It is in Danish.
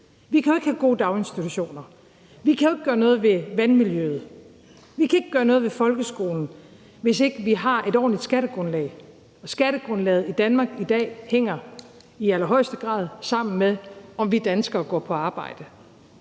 Vi kan jo ikke have gode daginstitutioner, vi kan ikke gøre noget ved vandmiljøet, vi kan ikke gøre noget ved folkeskolen, hvis ikke vi har et ordentligt skattegrundlag. Skattegrundlaget i Danmark i dag hænger i allerhøjeste grad sammen med, om vi danskere går på arbejde.